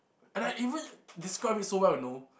and I even describe it so well you know